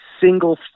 single